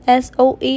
SOE